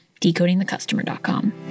decodingthecustomer.com